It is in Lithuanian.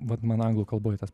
vat man anglų kalboj tas